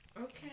Okay